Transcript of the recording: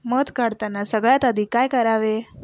मध काढताना सगळ्यात आधी काय करावे?